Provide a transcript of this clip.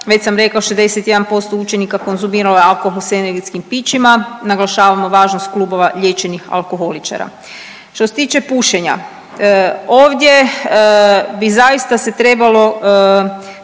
već sam rekla, 61% učenika konzumiralo je alkohol s energetskim pićima, naglašavamo važnost klubova liječenih alkoholičara. Što se tiče pušenja, ovdje bi zaista se trebalo